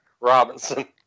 Robinson